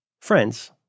Friends